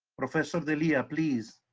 professor d'elia, please.